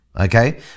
Okay